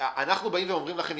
אנחנו אומרים לכם,